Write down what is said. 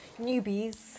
newbies